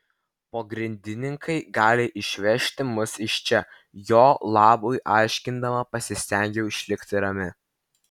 pogrindininkai gali išvežti mus iš čia jo labui aiškindama pasistengiau išlikti rami